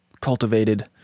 cultivated